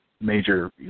major